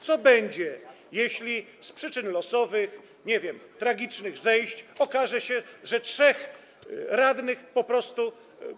Co będzie, jeśli z przyczyn losowych, nie wiem, tragicznych zajść okaże się, że trzech radnych po prostu